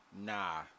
Nah